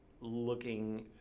looking